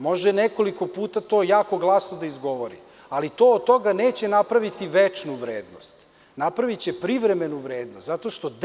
Može nekoliko puta to jako glasno da izgovori, ali to od toga neće napraviti večnu vrednost, napraviće privremenu vrednost, zato što dela